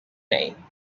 name